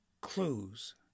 clues